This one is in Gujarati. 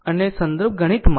અને ગણિતમાં